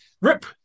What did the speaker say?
Rip